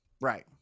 Right